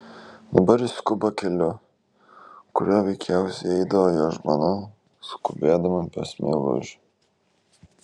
dabar jis skuba keliu kuriuo veikiausiai eidavo jo žmona skubėdama pas meilužį